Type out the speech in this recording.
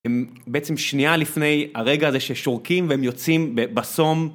הם בעצם שנייה לפני הרגע הזה ששורקים והם יוצאים בסום.